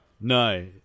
No